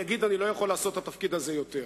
ויגיד: אני לא יכול לעשות את התפקיד הזה יותר.